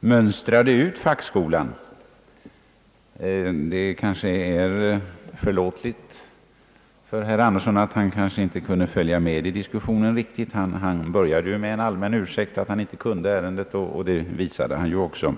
»mönstrade ut fackskolan». Det kanske är förlåtligt att herr Andersson inte riktigt kunde följa med i diskussionen. Han började ju med en allmän ursäkt för att han inte kunde ärendet, och det visade han ju också.